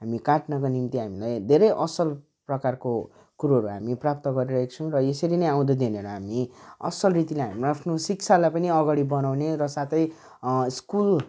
हामी काट्नको निम्ति हामीलाई धेरै असल प्रकारको कुरोहरू हामी प्राप्त गरिरहेको छौँ र यसरी नै आउँदो दिनहरू हामी असल रीतिले हाम्रो आफ्नो शिक्षालाई पनि अघि बढाउने र साथै स्कुल